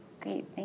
Great